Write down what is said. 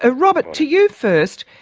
ah robert, to you first,